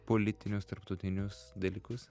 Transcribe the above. politinius tarptautinius dalykus